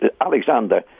Alexander